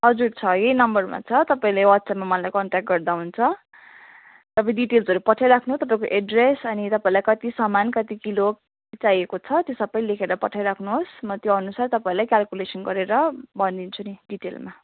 हजुर छ यही नम्बरमा छ तपाईँले वाट्सएपमा मलाई कन्ट्याक्ट गर्दा हुन्छ तपाईँ डिटेल्सहरू पठाइराख्नु तपाईँको एड्रेस अनि तपाईँलाई कति सामान कति किलो चाहिएको छ त्यो सबै लेखेर पठाइ राख्नुहोस् म त्यो अनुसार तपाईँलाई क्यालकुलेसन गरेर भनिदिन्छु डिटेलमा